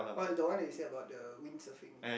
oh the one that you say about the windsurfing